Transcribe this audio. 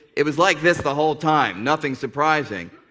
it was like this the whole time, nothing surprising.